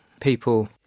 People